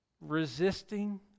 resisting